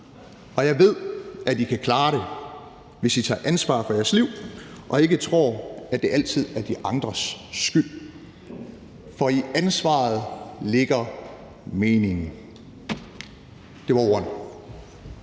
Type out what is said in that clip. og jeg ved, at I kan klare det, hvis I tager ansvar for jeres liv og ikke tror, at det altid er de andres skyld. For i ansvaret ligger meningen . Det var ordene.